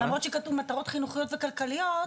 למרות שכתוב מטרות חינוכיות וכלכליות,